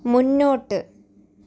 മുന്നോട്ട്